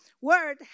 word